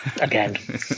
Again